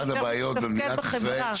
זו אחת הבעיות במדינת ישראל,